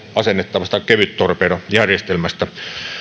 asennettavasta kevyttorpedojärjestelmästä